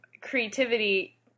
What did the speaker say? creativity